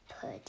put